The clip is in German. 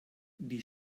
die